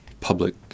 public